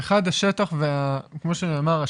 כמו שנאמר,